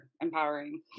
empowering